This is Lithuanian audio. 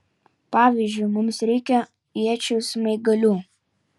pavyzdžiui mums reikia iečių smaigalių